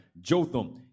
Jotham